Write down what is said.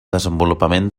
desenvolupament